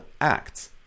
acts